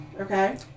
Okay